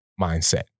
mindset